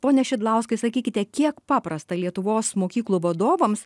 pone šidlauskai sakykite kiek paprasta lietuvos mokyklų vadovams